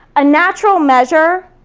a natural measure,